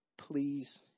please